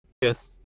Yes